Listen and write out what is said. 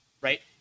right